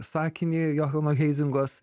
sakinį johano heizingos